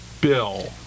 Bill